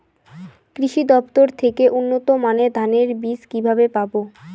কৃষি দফতর থেকে উন্নত মানের ধানের বীজ কিভাবে পাব?